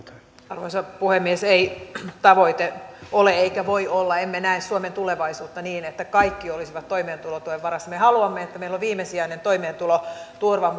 arvoisa puhemies ei tavoite ole eikä voi olla ja emme näe suomen tulevaisuutta niin että kaikki olisivat toimeentulotuen varassa me haluamme että meillä on viimesijainen toimeentuloturva